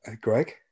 Greg